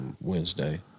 Wednesday